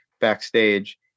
backstage